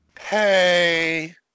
Hey